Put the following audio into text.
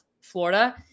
Florida